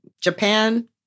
Japan